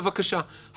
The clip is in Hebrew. בבקשה.